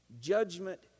Judgment